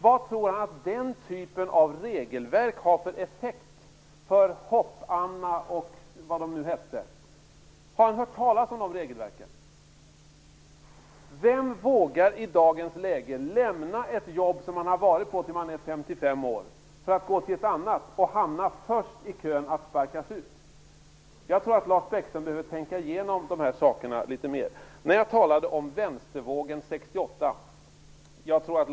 Vad tror han att den typen av regelverk har för effekt för Hopp Hanna och vad de nu hette? Har han hört talas om de regelverken? Vem vågar i dagens läge lämna ett jobb som man varit på fram till 55 års ålder för att gå till ett annat och hamna först i kön av dem som sparkas ut. Jag tror att Lars Bäckström behöver tänka igenom de sakerna litet mera. Jag talade om vänstervågen 1968.